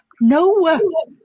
No